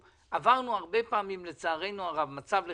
שעברנו הרבה פעמים, לצערנו הרב, מצב לחימה,